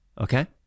Okay